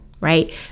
right